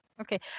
Okay